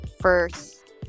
first